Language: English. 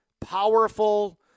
powerful